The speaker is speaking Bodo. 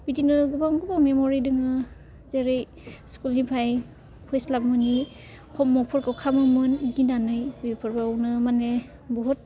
बिदिनो गोबां गोबां मेमरि दङ जेरै स्कुनिफ्राय फैस्लाबमोनि हम वार्क फोरखौ खालामोमोन गिनानै बेफोरावनो माने बुहुत